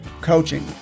Coaching